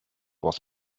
was